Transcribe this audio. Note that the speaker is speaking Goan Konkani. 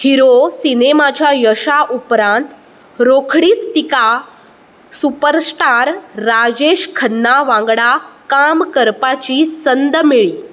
हिरो सिनेमाच्या यशा उपरांत रोखडीच तिका सुपरस्टार राजेश खन्ना वांगडा काम करपाची संद मेळ्ळी